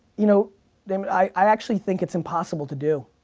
you know daymond, i actually think it's impossible to do.